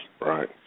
Right